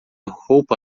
roupa